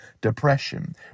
depression